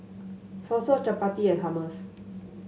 Salsa Chapati and Hummus